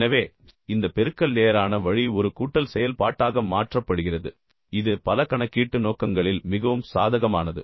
எனவே இந்த பெருக்கல் நேரான வழி ஒரு கூட்டல் செயல்பாட்டாக மாற்றப்படுகிறது இது பல கணக்கீட்டு நோக்கங்களில் மிகவும் சாதகமானது